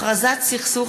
סכנת